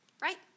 right